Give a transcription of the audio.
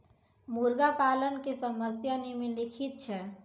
मुर्गा पालन के समस्या निम्नलिखित छै